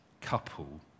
couple